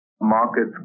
markets